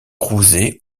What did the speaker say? crouzet